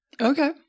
Okay